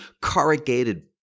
corrugated